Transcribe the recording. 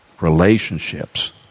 relationships